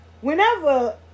whenever